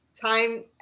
time